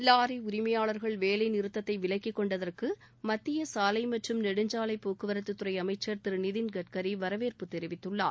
lorry உரிமையாளர்கள் வேலை நிறுத்தத்தை விலக்கிக்கொண்டதற்கு மத்திய சாலை மற்றும் நெடுஞ்சாலை போக்குவரத்துத்துறை அமைச்சர் திரு நிதின் கட்கரி வரவேற்பு தெரிவித்துள்ளார்